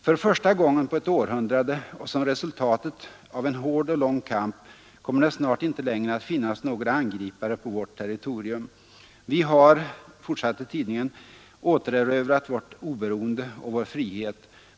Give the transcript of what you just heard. ”För första gången på ett århundrade och som resultatet av en hård och lång kamp kommer det snart inte längre att finnas någon angripare på vårt territorium. Vi har återerövrat vårt oberoende och vår frihet.